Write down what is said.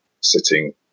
sitting